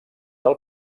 del